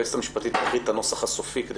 היועצת המשפטית תקריא את הנוסח הסופי כדי